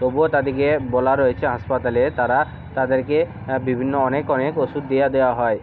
তবুও তাদেরকে বলা রয়েছে হাসপাতালে তারা তাদেরকে হ্যাঁ বিভিন্ন অনেক অনেক ওষুধ দিয়ে দেওয়া হয়